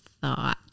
thought